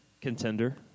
Contender